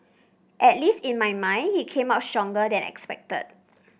at least in my mind he came out stronger than expected